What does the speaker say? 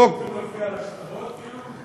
בוא, אתם רוצים להופיע על השטרות, כאילו?